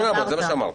זה מה שאמרת.